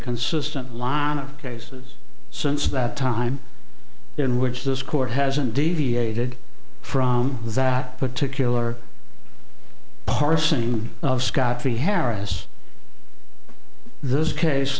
consistent londe of cases since that time in which this court hasn't deviated from that particular parsing of scot free harris this case